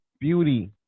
beauty